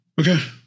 Okay